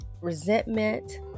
resentment